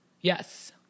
Yes